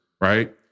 right